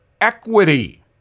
equity